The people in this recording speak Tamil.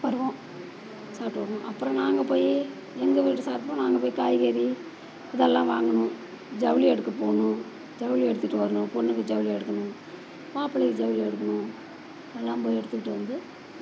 வருவோம் சாப்பிட்டு வருவோம் அப்புறம் நாங்கள் போய் எங்கள் வீட்டு சார்பாக நாங்கள் போய் காய்கறி இதெல்லாம் வாங்கணும் ஜவுளி எடுக்க போகணும் ஜவுளி எடுத்துட்டு வரணும் பொண்ணுக்கு ஜவுளி எடுக்கணும் மாப்பிள்ளைக்கு ஜவுளி எடுக்கணும் எல்லாம் போய் எடுத்துகிட்டு வந்து